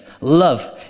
love